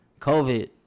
COVID